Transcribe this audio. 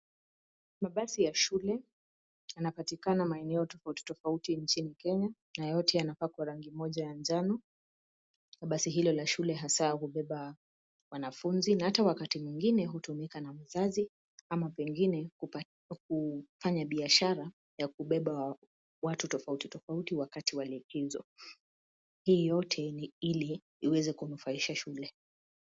Mabasi ya shule yanapatikana maeneo tofauti tofauti nchini Kenya, na yote yanapakwa rangi Moja ya njano, na basi hilo la shule hasa hubeba wanafunzi na hata wakati mwingine hutumika na mzazi ,ama pengine kufanya biashara ya kubeba watu tofauti ,wakati wa likizo. Hii yote ni ili iweze kunufaisha shule.